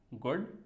good